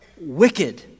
wicked